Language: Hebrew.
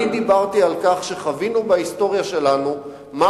דיברתי על כך שחווינו בהיסטוריה שלנו מה